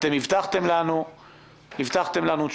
הבטחתם לנו תשובות